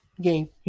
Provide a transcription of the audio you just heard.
game